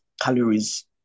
calories